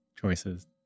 choices